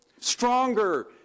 Stronger